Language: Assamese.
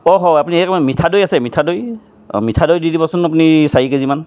অহহ' আপুনি মিঠা দৈ আছে মিঠা দৈ অঁ মিঠা দৈ দি দিবচোন আপুনি চাৰি কেজিমান